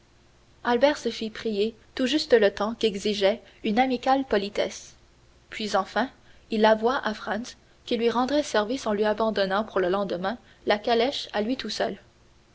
se fit prier tout juste le temps qu'exigeait une amicale politesse puis enfin il avoua à franz qu'il lui rendrait service en lui abandonnant pour le lendemain la calèche à lui tout seul